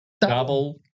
Double